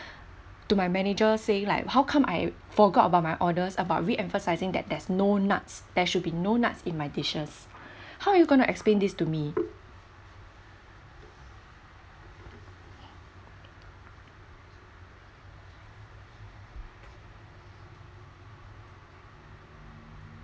to my manager saying like how come I forgot about my orders about reemphasising that there's no nuts there should be no nuts in my dishes how are you going to explain this to me